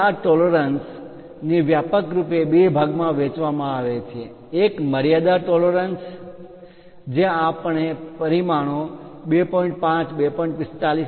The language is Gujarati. અને આ ટોલરન્સ પરિમાણ માં માન્ય તફાવતને વ્યાપક રૂપે બે ભાગોમાં વહેંચવામાં આવે છે એક મર્યાદા ટોલરન્સ પરિમાણ માં માન્ય તફાવત જ્યાં આપણે પરિમાણો 2